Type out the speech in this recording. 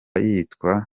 yitwa